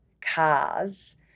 cars